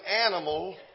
animal